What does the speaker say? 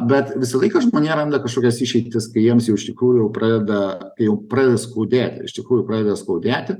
bet visą laiką žmonija randa kažkokias išeitis kai jiems jau iš tikrųjų pradeda kai jau pradeda skaudėti ir iš tikrųjų pradeda skaudėti